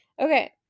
Okay